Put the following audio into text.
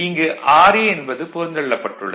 இங்கு ra என்பது புறந்தள்ளப்பட்டு உள்ளது